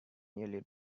nearly